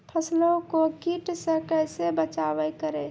फसलों को कीट से कैसे बचाव करें?